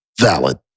Valid